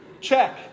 check